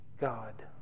God